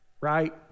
right